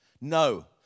No